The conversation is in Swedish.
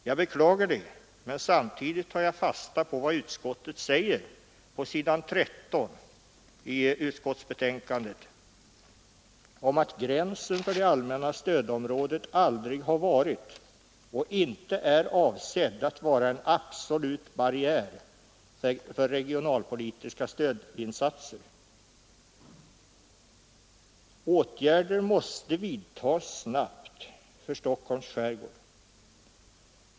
Jag beklagar detta, men samtidigt tar jag fasta på vad utskottet säger på s. 13 om att gränsen för det allmänna stödområdet aldrig har varit och inte är avsedd att vara en absolut barriär för regionalpolitiska stödinsatser. Åtgärder måste vidtas snabbt för Stockholms skärgård.